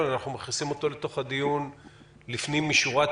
אנחנו מכניסים אותו אל תוך הדיון לפנים משורת